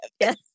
Yes